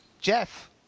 Jeff